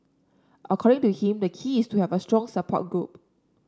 according to him the key is to have a strong support group